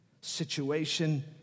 situation